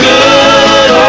Good